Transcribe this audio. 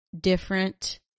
different